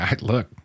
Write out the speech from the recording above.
look